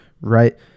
right